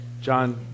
John